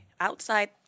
outside